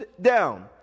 down